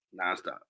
nonstop